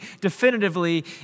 definitively